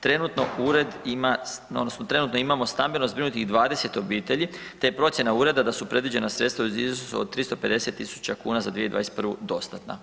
Trenutno ured ima odnosno trenutno imamo stambeno zbrinutih 20 obitelji, te je procjena ureda da su predviđena sredstva u iznosu od 350 000 kuna za 2021. dostatna.